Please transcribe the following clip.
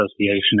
association